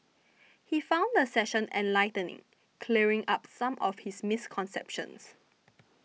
he found the session enlightening clearing up some of his misconceptions